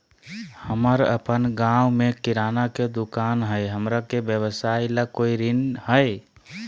हमर अपन गांव में किराना के दुकान हई, हमरा के व्यवसाय ला कोई ऋण हई?